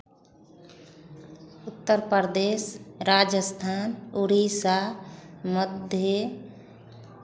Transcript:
Uttar Pradesh Rajasthan Orissa Madhya